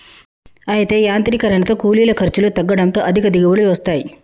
అయితే యాంత్రీకరనతో కూలీల ఖర్చులు తగ్గడంతో అధిక దిగుబడులు వస్తాయి